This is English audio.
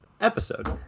Episode